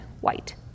white